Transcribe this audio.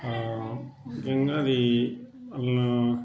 రెండోది అందులో